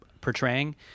portraying